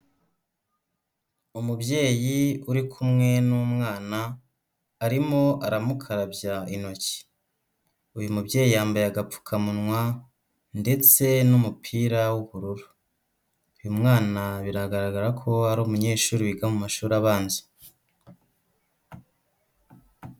Umubyeyi uri kumwe n'umwana, arimo aramukarabya intoki. Uyu mubyeyi yambaye agapfukamunwa ndetse n'umupira w'ubururu, uyu mwana biragaragara ko ari umunyeshuri wiga mu mashuri abanza.